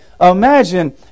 Imagine